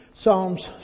Psalms